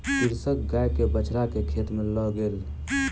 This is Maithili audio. कृषक गाय के बछड़ा के खेत में लअ गेल